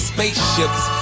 Spaceships